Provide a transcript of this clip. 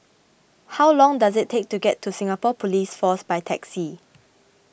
how long does it take to get to Singapore Police Force by taxi